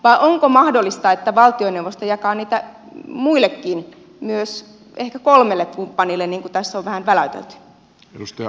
vai onko mahdollista että valtioneuvosto jakaa niitä muillekin myös ehkä kolmelle kumppanille niin kuin tässä on vähän väläytelty